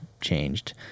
changed